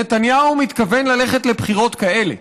נתניהו מתכוון ללכת לבחירות כאלה,